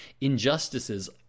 injustices